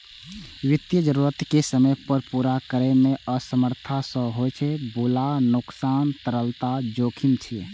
वित्तीय जरूरत कें समय पर पूरा करै मे असमर्थता सं होइ बला नुकसान तरलता जोखिम छियै